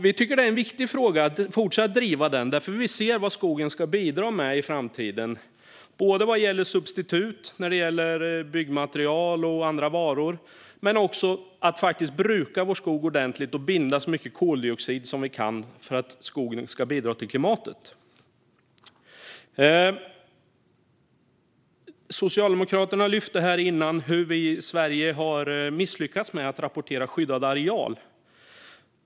Vi tycker att det är viktigt att fortsätta driva den här frågan, för vi ser vad skogen ska bidra med i framtiden vad gäller substitut till byggmaterial och andra varor men också att bruka vår skog ordentligt och binda så mycket koldioxid vi kan för att skogen ska bidra till klimatet. Socialdemokraterna lyfte nyss fram att vi i Sverige har misslyckats med att rapportera skyddad areal.